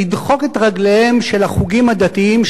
לדחוק את רגליהם של החוגים הדתיים,